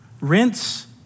Rinse